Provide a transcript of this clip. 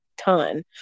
ton